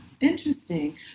Interesting